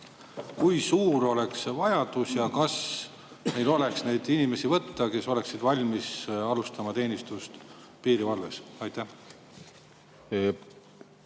Kui suur oleks vajadus ja kas meil oleks neid inimesi võtta, kes oleksid valmis alustama teenistust piirivalves? Aitäh,